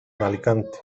alicante